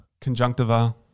conjunctiva